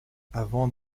avant